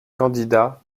candidats